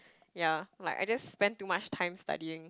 ya like I just spend too much time studying